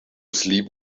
sleep